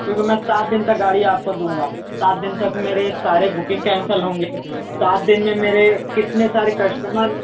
क्योंकि मैं सात दिन तक गाड़ी दूँगा आपको दूँगा सात दिन तक मेरे सारे बुकिंग कैंसिल होंगे सात दिन मैं मेरे कितने सारे कस्टमर